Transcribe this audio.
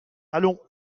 allons